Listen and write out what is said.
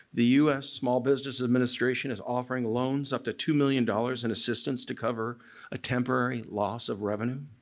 the us small business administration is offering loans up to two million dollars in assistance to cover a temporary loss of revenue.